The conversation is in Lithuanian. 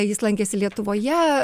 jis lankėsi lietuvoje